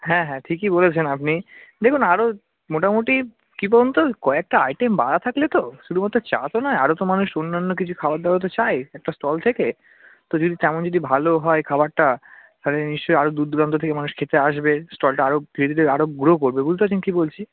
হ্যাঁ হ্যাঁ ঠিকই বলেছেন আপনি দেখুন আরও মোটামোটি কী বলুন তো কয়েকটা আইটেম বাড়া থাকলে তো শুধুমাত্র চা তো নয় আরও তো মানুষ অন্যান্য কিছু খাবার দাবারও তো চায় একটা স্টল থেকে তো যদি তেমন যদি ভালো হয় খাবারটা তাহলে নিশ্চই আরও দূর দূরান্ত থেকে মানুষ খেতে আসবে স্টলটা আরও ধীরে ধীরে আরও গ্রো করবে বুঝতে পারছেন কী বলছি